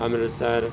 Amritsar